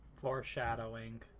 foreshadowing